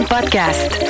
Podcast